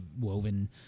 woven